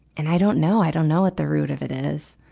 and i don't know. i don't know what the root of it is.